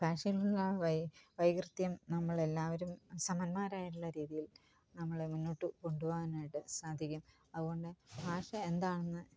ഭാഷയിലെ വൈ വൈകൃതം നമ്മളെല്ലാവരും സമന്മാരായുള്ള രീതിയിൽ നമ്മൾ മുന്നോട്ടു കൊണ്ടുപോകാനായിട്ട് സാധിക്കും അതുകൊണ്ട് ഭാഷ എന്താണെന്ന്